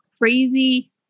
crazy